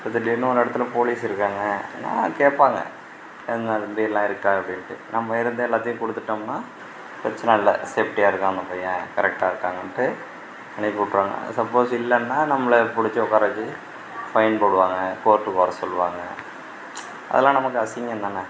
இப்போ திடீர்ன்னு ஒரு இடத்துல போலீஸு இருக்காங்கனால் கேட்பாங்க என்ன தம்பி எல்லாம் இருக்கா அப்படின்ட்டு நம்ம இருந்து எல்லாத்தையும் குடுத்துட்டோம்னா பிரச்சின இல்லை சேஃப்டியாக இருக்கான் இந்தப் பையன் கரெட்டாக இருக்காங்கன்ட்டு அனுப்பி விட்ருவாங்க சப்போஸ் இல்லைன்னா நம்மளை பிடிச்சி உக்கார வச்சு சைன் போடுவாங்க கோர்ட்டுக்கு வர சொல்லுவாங்க அதெல்லாம் நமக்கு அசிங்கம்தானே